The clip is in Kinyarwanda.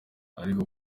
ariko